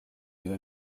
ühe